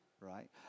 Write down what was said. right